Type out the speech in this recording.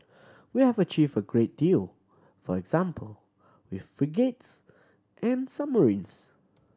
we have achieved a great deal for example with frigates and submarines